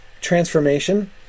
transformation